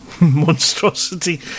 monstrosity